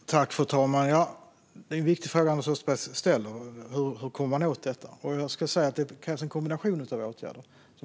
Fru talman! Ja, det är en viktig fråga Anders Österberg ställer. Hur kommer man åt detta? Jag skulle säga att det krävs en kombination av åtgärder.